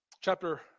Chapter